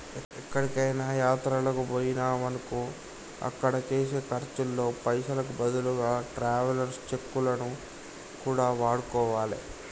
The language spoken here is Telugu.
ఎక్కడికైనా యాత్రలకు బొయ్యినమనుకో అక్కడ చేసే ఖర్చుల్లో పైసలకు బదులుగా ట్రావెలర్స్ చెక్కులను కూడా వాడుకోవాలే